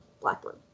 Blackburn